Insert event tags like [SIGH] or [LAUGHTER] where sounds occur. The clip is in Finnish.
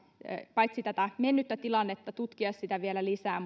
tätä mennyttä tilannetta tutkia sitä vielä lisää [UNINTELLIGIBLE]